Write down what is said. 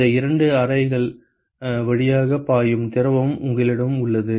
இந்த இரண்டு அறைகள் வழியாக பாயும் திரவம் உங்களிடம் உள்ளது